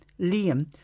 Liam